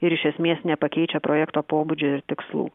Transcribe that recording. ir iš esmės nepakeičia projekto pobūdžio ir tikslų